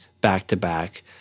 back-to-back